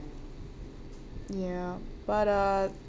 ya but uh